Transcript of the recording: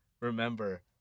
Remember